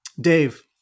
dave